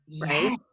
right